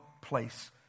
place